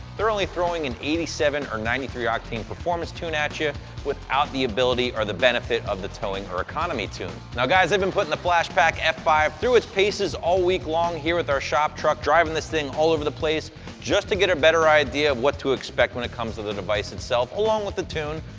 they're only throwing in eighty seven or ninety three octane performance tune at you without the ability or the benefit of the towing or economy tune. now, guys i've been putting the flashpaq f five through it's paces all week long here with our shop truck, driving this thing all over the place just to get a better idea of what to expect when it comes to the device itself, along with the tune,